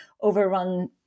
overrun